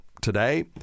today